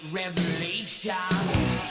revelations